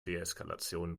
deeskalation